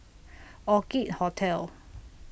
Orchid Hotel